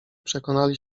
przekonali